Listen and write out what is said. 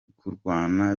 kurwana